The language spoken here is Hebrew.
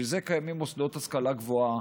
בשביל זה קיימים מוסדות להשכלה גבוהה,